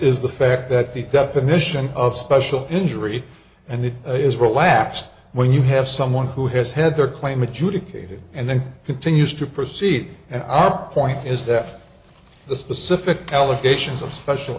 is the fact that the definition of special injury and that is relapse when you have someone who has had their claim adjudicated and then continues to proceed and our point is that the specific allegations of special